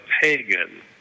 pagan